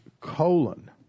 colon